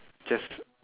just